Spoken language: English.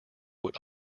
would